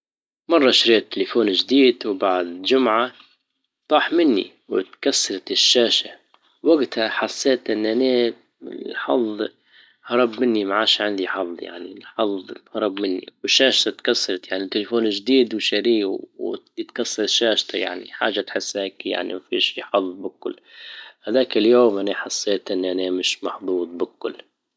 مرة شريت تلفون جديد وبعد جمعة طاح مني واتكسرت الشاشة وجتها حسيت اني انا حظي هرب مني ما عادش عندي حظ يعني الحظ هرب مني وشاشته تكسرت يعني تليفون جديد وشاريه يتكسر شاشته يعني تحس هيك يعني ما فيش حظ بالكل هداك اليوم اني حسيت اني انا مش محظوظ بالكل